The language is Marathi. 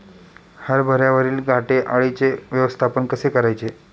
हरभऱ्यावरील घाटे अळीचे व्यवस्थापन कसे करायचे?